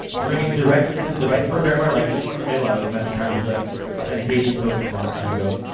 bring it directly to the device programmer like this one, in the middle. i was messing around with the authentication token a long time ago.